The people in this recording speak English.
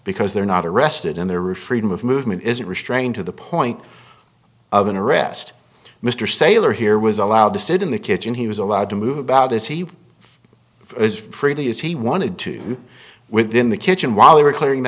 because they're not arrested and they're a freedom of movement is restrained to the point of an arrest mr saylor here was allowed to sit in the kitchen he was allowed to move about as he as freely as he wanted to within the kitchen while they were clearing the